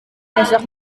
besok